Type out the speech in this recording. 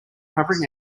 covering